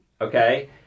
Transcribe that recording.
okay